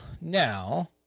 now